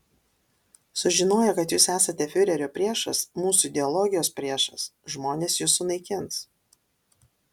sužinoję kad jūs esate fiurerio priešas mūsų ideologijos priešas žmonės jus sunaikins